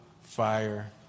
fire